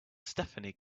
stephanie